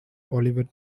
olivet